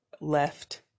left